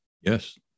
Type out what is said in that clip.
Yes